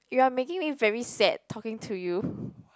you're making me very sad talking to you